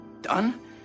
Done